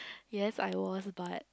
yes I was but